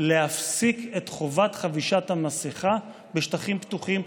להפסיק את חובת חבישת המסכה בשטחים פתוחים,